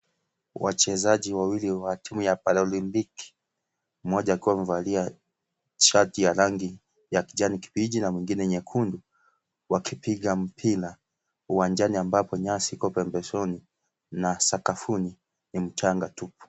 Wachezaji wawili wa timu ya paralimpiki mmoja akiwa amevalia shati ya rangi ya kijani kibichi na mwingine nyekundu wakipiga mpira uwanjani ambapo nyasi iko pembezoni na sakafuni ni mchanga tupu.